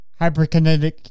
hyperkinetic